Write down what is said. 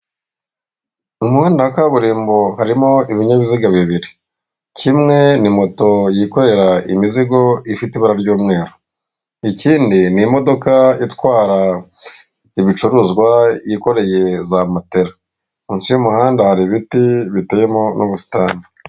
Mu muhanda wa kaburimbo harimo ibinyabiziga bibiri; kimwe ni moto yikorera imizigo ifite ibara ry'umweru, ikindi nimo itwara ibicuruzwa yikoreye za matela, munsi y'umuhanda hari ibiti biteyemo n'ubusitani.